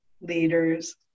leaders